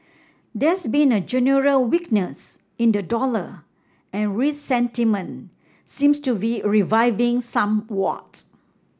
there's been a general weakness in the dollar and risk sentiment seems to be reviving somewhat